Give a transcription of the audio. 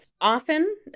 Often